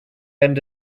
end